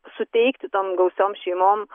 suteikti tom gausiom šeimom